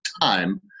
time